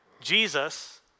Jesus